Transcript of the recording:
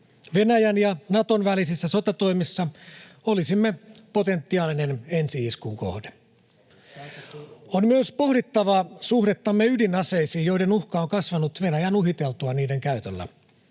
Venäjän ja Naton välisissä sotatoimissa olisimme potentiaalinen ensi-iskun kohde. On myös pohdittava suhdettamme ydinaseisiin, joiden uhka on kasvanut Venäjän uhiteltua niiden käytöllä.